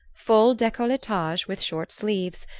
full decolletage with short sleeves,